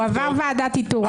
הוא עבר ועדת איתור.